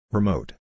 Remote